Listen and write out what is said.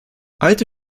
alte